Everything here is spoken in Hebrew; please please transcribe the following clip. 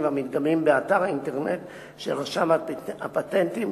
והמדגמים באתר האינטרנט של רשם הפטנטים